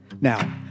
Now